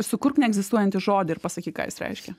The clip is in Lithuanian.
sukurk neegzistuojantį žodį ir pasakyk ką jis reiškia